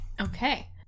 Okay